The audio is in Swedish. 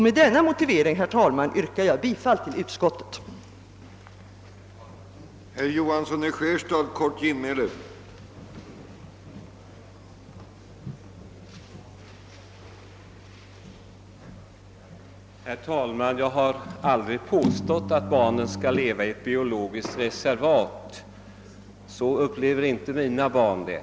Med denna motivering, herr talman, yrkar jag bifall till utskottets förslag.